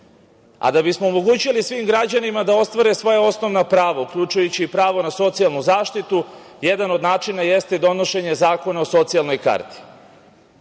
69.Da bismo omogućili svim građanima da ostvare svoja osnovna prava, uključujući i pravo na socijalnu zaštitu, jedan od načina jeste donošenje Zakona o socijalnoj karti.